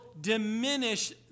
diminish